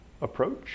approach